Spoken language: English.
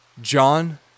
John